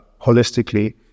holistically